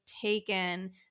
taken